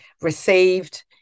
received